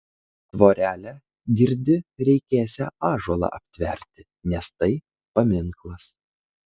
tvorelę girdi reikėsią ąžuolą aptverti nes tai paminklas